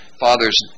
father's